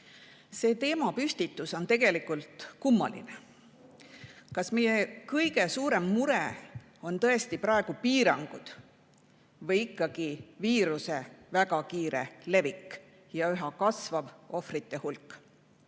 See teemapüstitus on tegelikult kummaline. Kas meie kõige suurem mure on tõesti praegu piirangud või ikkagi viiruse väga kiire levik ja üha kasvav ohvrite hulk?